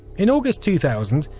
in august two thousand,